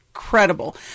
Incredible